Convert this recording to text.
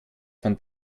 von